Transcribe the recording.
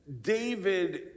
David